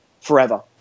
forever